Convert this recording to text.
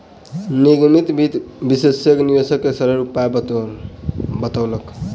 निगमित वित्त विशेषज्ञ निवेश के सरल उपाय बतौलक